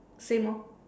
same orh